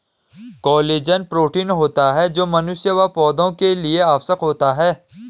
collagen protein होता है जो मनुष्य व पौधा के लिए आवश्यक होता है